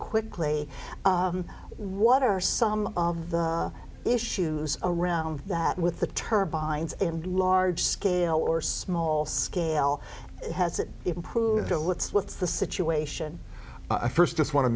quickly what are some of the issues around that with the turbines and large scale or small scale has it improved to let's what's the situation first just want to